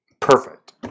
perfect